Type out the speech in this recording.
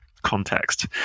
context